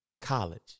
college